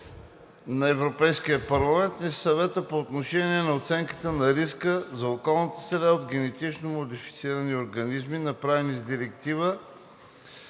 на Европейския парламент и на Съвета по отношение на оценката на риска за околната среда от генетично модифицирани организми, направени с Директива